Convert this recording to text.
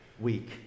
week